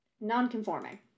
Non-conforming